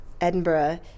Edinburgh